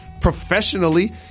professionally